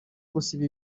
gusiba